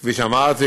כפי שאמרתי,